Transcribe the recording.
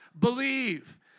believe